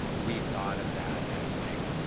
we thought of that as like